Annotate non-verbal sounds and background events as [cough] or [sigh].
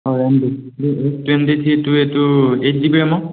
[unintelligible] twenty থ্ৰীটো এইটো eight GB ৰেমৰ